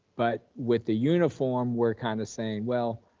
but with the uniform, we're kind of saying, well,